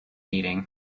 meeting